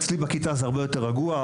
אצלי בכיתה זה הרבה יותר רגוע,